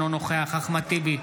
אינו נוכח אחמד טיבי,